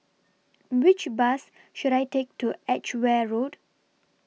Which Bus should I Take to Edgeware Road